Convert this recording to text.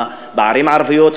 בערים הערביות,